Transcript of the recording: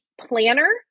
planner